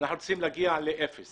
אנחנו רוצים להגיע לאפס